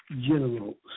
general